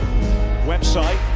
website